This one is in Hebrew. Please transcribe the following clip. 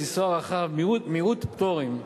בסיסו הרחב ומיעוט פטורים,